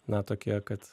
na tokie kad